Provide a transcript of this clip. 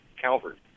Calvert